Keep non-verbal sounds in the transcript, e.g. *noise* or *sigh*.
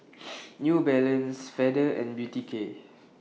*noise* New Balance Feather and Beauty K